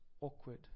awkward